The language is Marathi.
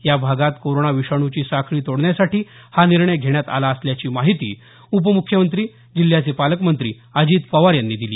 या भागात कोरोना विषाणूची साखळी तोडण्यासाठी हा निर्णय घेण्यात आला असल्याची माहिती उपम्ख्यमंत्री जिल्ह्याचे पालकमंत्री अजित पवार यांनी दिली